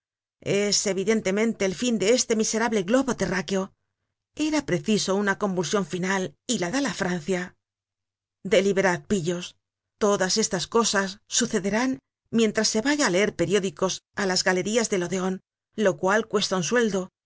es evidentemente el fin de este miserable globo terráqueo era preciso una convulsion final y la da la francia deliberad pillos todas estas cosas sucederán mientras se vaya á leer periódicos á las galerías del odeon lo cual cuesta un sueldo